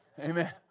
Amen